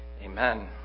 Amen